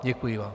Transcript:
Děkuji vám.